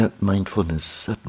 mindfulness